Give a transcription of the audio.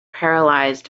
paralysed